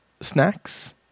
snacks